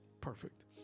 Perfect